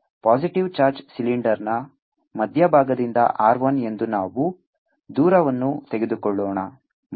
EE1E2 positive charge ಸಿಲಿಂಡರ್ನ ಮಧ್ಯಭಾಗದಿಂದ R 1 ಎಂದು ನಾವು ದೂರವನ್ನು ತೆಗೆದುಕೊಳ್ಳೋಣ